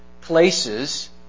places